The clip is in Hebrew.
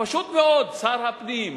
פשוט מאוד, שר הפנים,